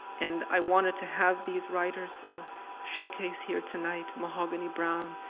and i wanted to have these writers showcase here tonight mahogany browne,